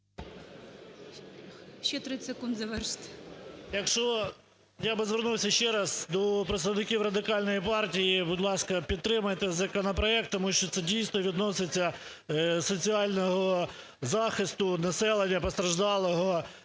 Ще 30 секунд завершити.